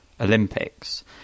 olympics